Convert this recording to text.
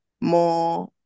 more